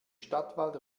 stadtwald